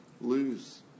lose